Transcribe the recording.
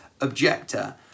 objector